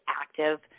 active